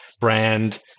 brand